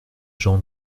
gens